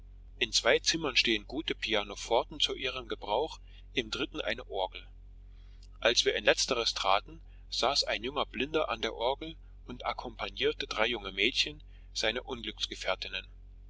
in zwei zimmern stehen gute pianoforten zu ihrem gebrauch im dritten eine orgel als wir in letzteres traten saß ein junger blinder an der orgel und akkompagnierte drei jungen mädchen seinen